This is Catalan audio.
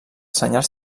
senyals